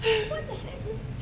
what the heck